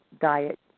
diet